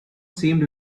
seemed